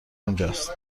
اونجاست